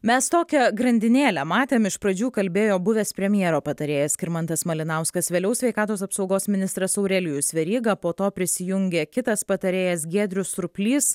mes tokią grandinėlę matėm iš pradžių kalbėjo buvęs premjero patarėjas skirmantas malinauskas vėliau sveikatos apsaugos ministras aurelijus veryga po to prisijungė kitas patarėjas giedrius surplys